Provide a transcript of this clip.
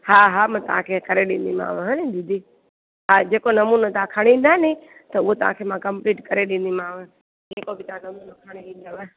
हा हा मां तव्हांखे करे ॾींदीमांव न दीदी हा जेको नमूनो तव्हां खणी ईंदानी त उहो तव्हांखे मां कंप्लीट करे ॾींदीमांव जेको बि तव्हां नमूनो खणी ईंदव